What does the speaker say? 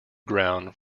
ground